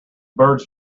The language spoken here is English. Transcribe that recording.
birds